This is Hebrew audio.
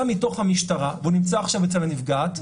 מתוך המשטרה והוא נמצא עכשיו אצל הנפגעת,